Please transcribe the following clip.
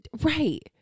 Right